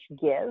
give